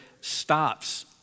stops